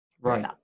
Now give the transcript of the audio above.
Right